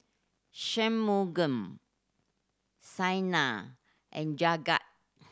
Shunmugam Saina and Jagat